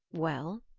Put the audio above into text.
well?